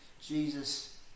Jesus